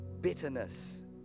bitterness